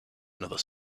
another